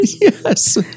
Yes